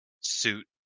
suit